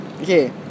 Okay